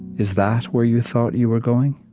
is that where you thought you were going?